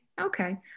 okay